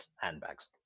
Handbags